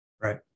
Right